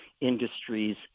industries